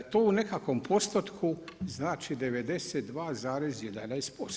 To u nekakvom postotku znači 92,11%